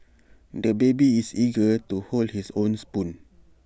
the baby is eager to hold his own spoon